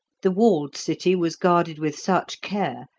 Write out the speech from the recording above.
the walled city was guarded with such care,